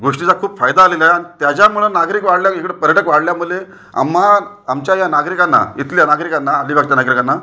गोष्टीचा खूप फायदा झालेलाय आणि त्याच्यामुळं नागरिक वाढल्या इकडे पर्यटक वाढल्यामुळे आम्हा आमच्या या नागरिकांना इथल्या नागरिकांना अलिबागच्या नागरिकांना